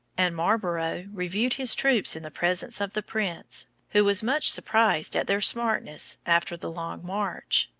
and marlborough reviewed his troops in the presence of the prince, who was much surprised at their smartness after the long march.